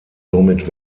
somit